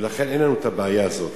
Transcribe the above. ולכן אין לנו את הבעיה הזאת.